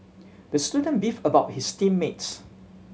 the student beefed about his team mates